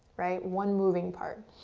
right? one moving part.